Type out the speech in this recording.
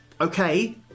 Okay